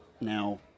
now